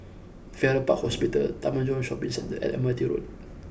Farrer Park Hospital Taman Jurong Shopping Centre and Admiralty Road